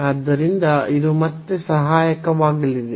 ಆದ್ದರಿಂದ ಇದು ಮತ್ತೆ ಸಹಾಯಕವಾಗಲಿದೆ